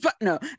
No